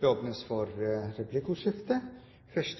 Det åpnes for replikkordskifte. Jeg vil